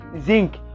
Zinc